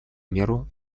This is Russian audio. меру